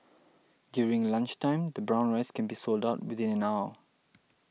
during the lunchtime the brown rice can be sold out within an hour